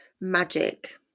magic